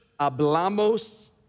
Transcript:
Hablamos